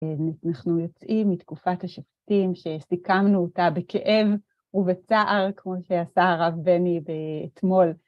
אנחנו יוצאים מתקופת השופטים, שסיכמנו אותה בכאב ובצער, כמו שעשה הרב בני אתמול.